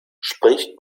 spricht